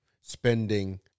spending